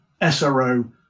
SRO